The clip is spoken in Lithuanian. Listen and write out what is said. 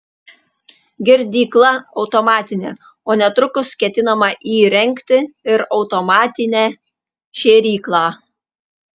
girdykla automatinė o netrukus ketinama įrengti ir automatinę šėryklą